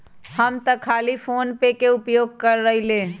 हम तऽ खाली फोनेपे के उपयोग करइले